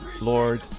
Lord